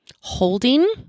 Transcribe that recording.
Holding